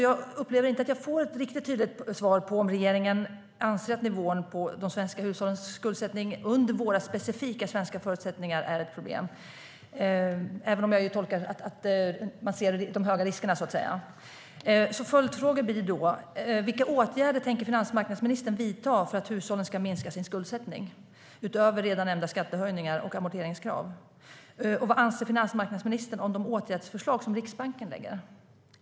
Jag upplever inte att jag får ett tydligt svar på om regeringen anser att nivån på de svenska hushållens skuldsättning under våra specifika svenska förutsättningar är ett problem eller inte, även om jag förstår att man ser de höga riskerna. Mina följdfrågor blir därför: Vilka åtgärder tänker finansmarknadsministern vidta för att hushållen ska minska sin skuldsättning, utöver redan nämnda skattehöjningar och amorteringskrav? Vad anser finansmarknadsministern om de åtgärdsförslag som Riksbanken lägger fram?